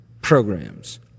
programs